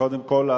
קודם כול,